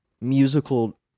musical